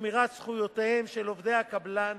לשמירת זכויותיהם של עובדי הקבלן